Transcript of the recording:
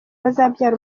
bazabyara